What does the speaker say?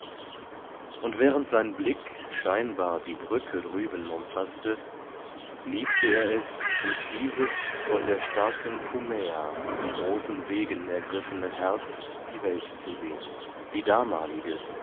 und während sein blick scheinbar die brücke drüben umfaßte liebte er es durch dieses von der starken cumäa zu großen wegen ergriffene herz die welt zu sehen die damalige